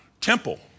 temple